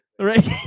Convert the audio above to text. Right